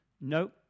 nope